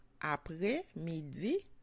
après-midi